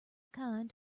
kind